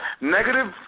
Negative